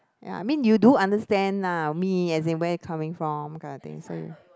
ya I mean you do understand lah me as in where it coming from that kind of thing so you